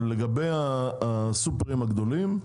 אבל לגבי הסופרים הגדולים,